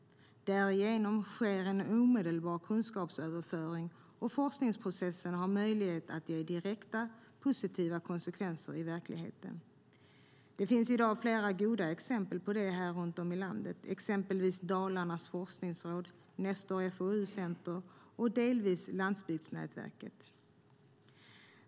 Därigenom sker en omedelbar kunskapsöverföring, och forskningsprocessen har möjlighet att ge direkta, positiva konsekvenser i verkligheten. Det finns i dag flera goda exempel på det runt om i landet, som Dalarnas forskningsråd, Nestor FoU-center och delvis Landsbygdsnätverket.